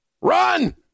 run